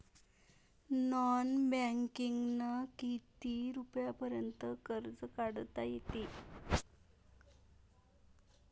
Non बँकिंगनं किती रुपयापर्यंत कर्ज काढता येते?